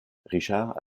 richard